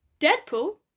Deadpool